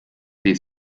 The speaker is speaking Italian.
dei